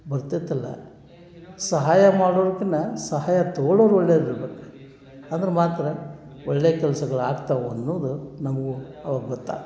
ಬರ್ತೈತಲ್ಲ ಸಹಾಯ ಮಾಡೋಕ್ನೇ ಸಹಾಯ ತಗೊಳೋವ್ರು ಒಳ್ಳೆವ್ರು ಇರ್ಬೇಕು ಅಂದ್ರೆ ಮಾತ್ರ ಒಳ್ಳೆಯ ಕೆಲ್ಸಗಳು ಆಗ್ತವೆ ಅನ್ನೋದು ನಮ್ಗೂ ಆವಾಗ ಗೊತ್ತಾತು